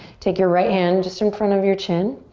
take your right hand just in front of your chin.